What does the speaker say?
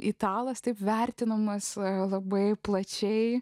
italas taip vertinamas labai plačiai